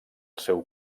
seu